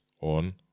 on